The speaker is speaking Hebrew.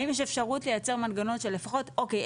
האם יש אפשרות לייצר מנגנון של לפחות אוקיי,